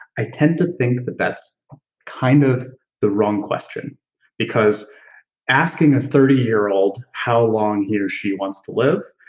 i tend to think that that's kind of the wrong question because asking a thirty year old how long he or she wants to live,